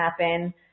happen